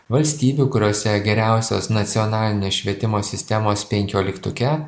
valstybių kuriose geriausios nacionalinės švietimo sistemos penkioliktuke